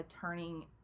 turning